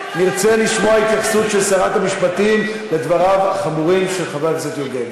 נרצה לשמוע התייחסות של שרת המשפטים לדבריו החמורים של חבר הכנסת יוגב.